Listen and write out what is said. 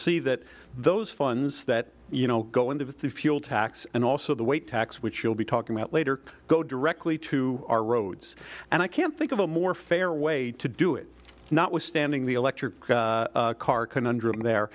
see that those funds that you know go into the fuel tax and also the way tax which you'll be talking about later go directly to our roads and i can't think of a more fair way to do it notwithstanding the electric car conundrum there